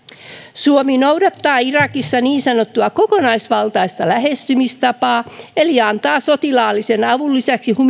suomi noudattaa irakissa niin sanottua kokonaisvaltaista lähestymistapaa eli antaa sotilaallisen avun lisäksi